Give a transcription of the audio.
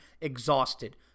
exhausted